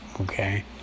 Okay